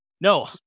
no